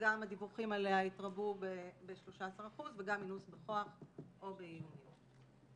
שגם הדיווחים עליה התרבו ב-13% וגם אינוס בכוח או באיומים.